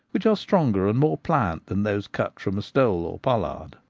which are stronger and more pliant than those cut from a stole or pollard.